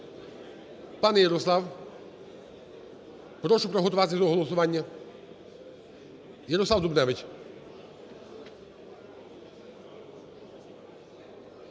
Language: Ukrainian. Пане Ярослав, прошу приготуватися до голосування. Ярослав Дубневич!